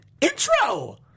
intro